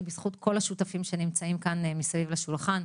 היא בזכות כל השותפים שנמצאים כאן מסביב לשולחן,